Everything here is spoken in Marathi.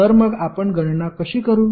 तर मग आपण गणना कशी करू